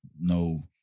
no